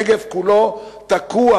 הנגב כולו תקוע.